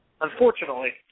unfortunately